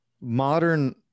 modern